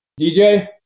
DJ